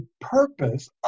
purpose